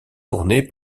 tournée